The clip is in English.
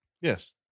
Yes